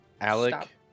alec